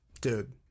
Dude